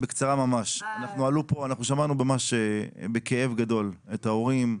שמענו בכאב גדול את ההורים,